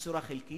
בצורה חלקית.